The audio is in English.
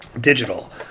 digital